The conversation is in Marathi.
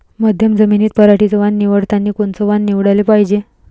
मध्यम जमीनीत पराटीचं वान निवडतानी कोनचं वान निवडाले पायजे?